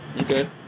Okay